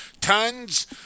tons